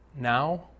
Now